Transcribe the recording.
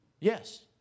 Yes